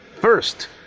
First